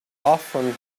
often